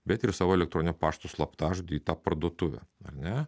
bet ir savo elektroninio pašto slaptažodį į tą parduotuvę ar ne